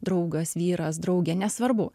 draugas vyras draugė nesvarbu